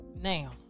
now